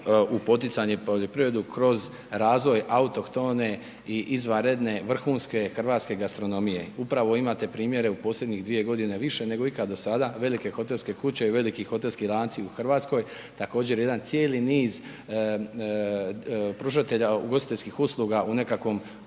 u poticanje u poljoprivrede, kroz razvoj autohtone i izvanredne vrhunske hrvatske gastronomije. Upravo imate primjere u posljednje 2 g. više nego ikada do sada, velike hotelske kuće i veliki hotelski lanci u Hrvatskoj, također jedan cijeli niz pružatelja, ugostiteljskih usluga u nekakvom,